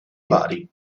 bari